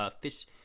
fish